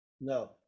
No